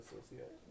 associate